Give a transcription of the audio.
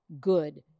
good